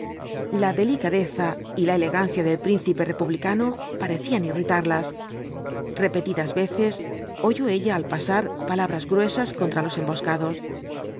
la delicadeza y la elegancia del príncipe republicano parecían irritarlas repetidas veces oyó ella al pasar palabras gruesas contra los emboscados